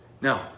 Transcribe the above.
Now